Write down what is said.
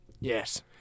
Yes